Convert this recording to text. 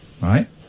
right